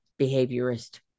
behaviorist